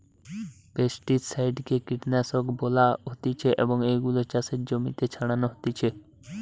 pesticide কে কীটনাশক বলা হতিছে এবং এগুলো চাষের জমিতে ছড়ানো হতিছে